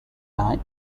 line